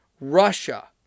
Russia